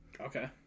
Okay